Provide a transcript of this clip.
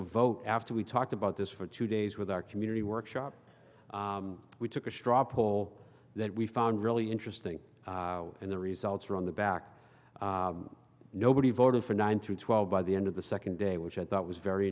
a vote after we talked about this for two days with our community workshop we took a straw poll that we found really interesting and the results are on the back nobody voted for nine through twelve by the end of the second day which i thought was very